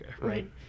right